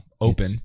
open